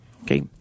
Okay